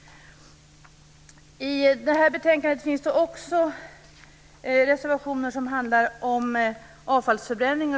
I betänkandet finns också reservationer som handlar om avfallsförbränning.